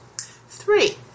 Three